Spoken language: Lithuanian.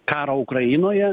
karo ukrainoje